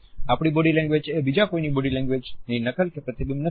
આપણી body language એ બીજા કોઈની બોડી લેંગ્વેજ ની નકલ કે પ્રતિબિંબ નથી